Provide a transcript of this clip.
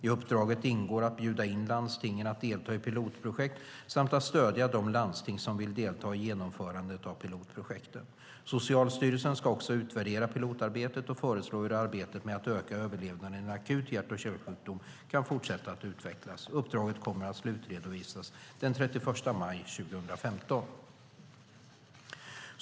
I uppdraget ingår att bjuda in landstingen att delta i pilotprojekt samt att stödja de landsting som vill delta i genomförandet av pilotprojekten. Socialstyrelsen ska också utvärdera pilotarbetet och föreslå hur arbetet med att öka överlevnaden i akut hjärt-kärlsjukdom kan fortsätta att utvecklas. Uppdraget kommer att slutredovisas den 31 maj 2015.